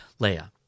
Leia